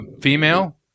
female